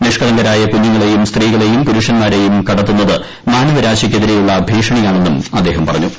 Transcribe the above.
നിഷ്ക്കളങ്കരായ കുഞ്ഞുങ്ങളെയും സ്ത്രീകളെയും പുരുഷന്മാരെയും കടത്തുന്നത് മാനവരാശിക്കെതിരെയുള്ള ഭീഷണിയാണെന്നും അദ്ദേഹം പറഞ്ഞു